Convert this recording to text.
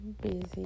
busy